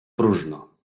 próżno